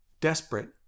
Desperate